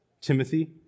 Timothy